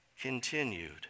continued